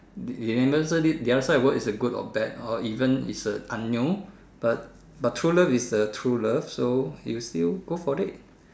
the other side world is a good or bad or even is a unknown but but true love is a true love so you still go for it